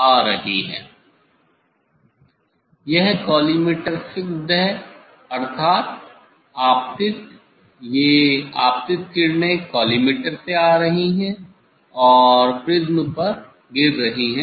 यह collimator fixed है अर्थात आपतित ये आपतित किरणें कॉलीमटोर से आ रही हैं और प्रिज्म पर गिर रही हैं